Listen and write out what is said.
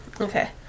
Okay